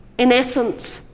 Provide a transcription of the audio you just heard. in essence,